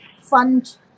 fund